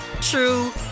true